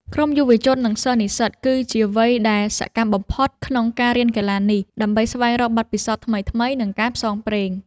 ក្រុមយុវជន និងសិស្សនិស្សិត គឺជាវ័យដែលសកម្មបំផុតក្នុងការរៀនកីឡានេះ ដើម្បីស្វែងរកបទពិសោធន៍ថ្មីៗ និងការផ្សងព្រេង។